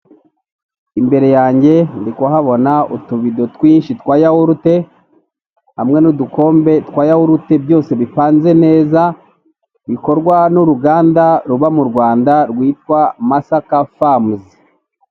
Imbere yange ndikuhabona utubido twinshi twa yawurute, hamwe n'udukombe twa yawurute byose bipanze neza bikorwa n'urugana ruba mu Rwanda rwitwa masaka famuzi.